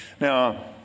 Now